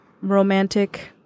romantic